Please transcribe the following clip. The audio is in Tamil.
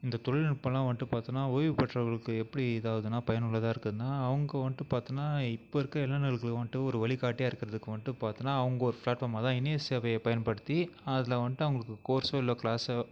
இந்த தொழில்நுட்பமெல்லாம் வந்துட்டு பார்த்தீனா ஓய்வு பெற்றவர்களுக்கு எப்படி இதாகுதுனா பயனுள்ளதாக இருக்குதுனால் அவங்க வந்துட்டு பார்த்தீனா இப்போா இருக்க இளைஞருகளுக்கு வந்துட்டு ஒரு வழிகாட்டியா இருக்கிறதுக்கு வந்துட்டு பார்த்தீனா அவங்க ஒரு ஃப்ளாட்ஃபார்மாக அதுதான் இணைய சேவையை பயன்படுத்தி அதில் வந்துட்டு அவங்களுக்கு கோர்ஸ்ஸோ இல்லை க்ளாஸ்ஸோ